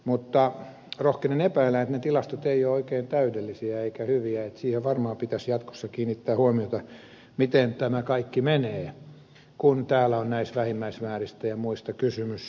mutta rohkenen epäillä että ne tilastot eivät ole oikein täydellisiä eivätkä hyviä niin että siihen varmaan pitäisi jatkossa kiinnittää huomiota miten tämä kaikki menee kun täällä on näistä vähimmäismääristä ja muista kysymys